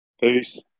Peace